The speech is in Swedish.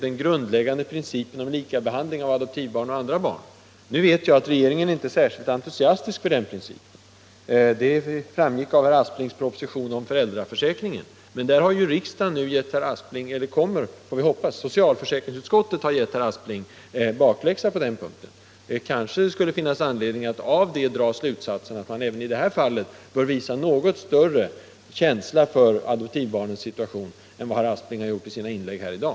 Den grundläggande principen om likabehandling av adoptivbarn och andra barn uppfylls alltså inte. Nu vet jag att regeringen inte är särskilt entusiastisk för denna princip. Det framgick bl.a. av herr Asplings proposition om föräldraförsäkringen, men socialförsäkringsutskottet har ju givit herr Aspling bakläxa på den punkten. Av detta borde regeringen dra slutsatsen att man även i den fråga vi nu diskuterar bör visa en något större känsla för adoptivbarnens situation än vad herr Aspling har gjort i sina inlägg här i dag.